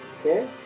Okay